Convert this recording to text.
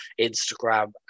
Instagram